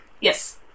Yes